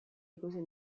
ikusi